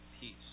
peace